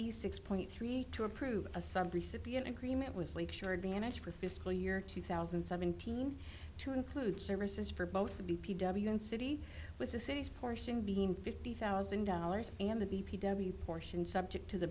a six point three two approved a sub recipient agreement was lake shore advantage for fiscal year two thousand and seventeen to include services for both the b p w and city with the city's portion being fifty thousand dollars and the b p w portion subject to the